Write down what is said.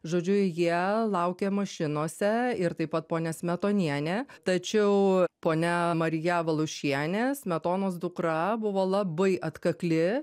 žodžiu jie laukė mašinose ir taip pat ponia smetonienė tačiau ponia marija valiušienė smetonos dukra buvo labai atkakli